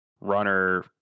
runner